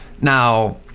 Now